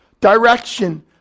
direction